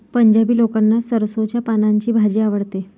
पंजाबी लोकांना सरसोंच्या पानांची भाजी आवडते